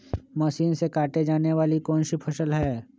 Machine से काटे जाने वाली कौन सी फसल है?